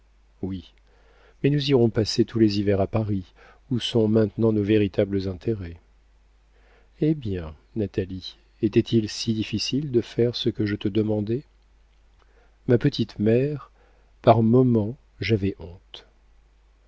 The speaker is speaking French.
oui mais nous irons passer tous les hivers à paris où sont maintenant nos véritables intérêts eh bien natalie était-il si difficile de faire ce que je te demandais ma petite mère par moments j'avais honte